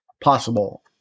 possible